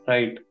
Right